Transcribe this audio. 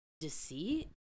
deceit